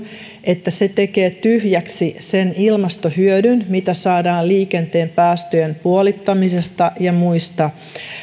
että se tekee tyhjäksi sen ilmastohyödyn mitä saadaan liikenteen päästöjen puolittamisesta ja